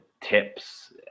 tips